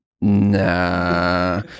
Nah